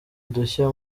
udushya